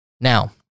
Now